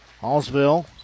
Hallsville